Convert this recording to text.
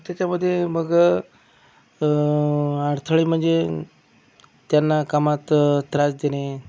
त्याच्यामध्ये मग अडथळे म्हणजे त्यांना कामात त्रास देणें